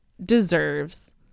deserves